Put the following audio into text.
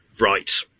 right